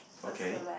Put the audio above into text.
okay